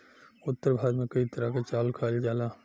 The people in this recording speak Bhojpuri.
उत्तर भारत में कई तरह के चावल खाईल जाला